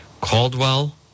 Caldwell